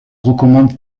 recommande